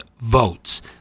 votes